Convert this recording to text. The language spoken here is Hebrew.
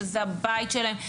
שזה הבית שלהם,